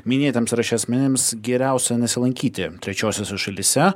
minėtiems sąraše asmenims geriausia nesilankyti trečiosiose šalyse